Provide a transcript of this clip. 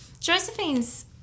Josephine's